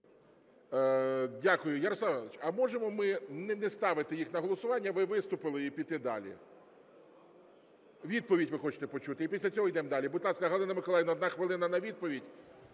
Дякую. Ярослав Іванович, а можемо ми не ставити їх на голосування: ви виступили – і піти далі? Відповідь ви хочете почути? І після цього йдемо далі. Будь ласка, Галина Миколаївна, 1 хвилина – на відповідь.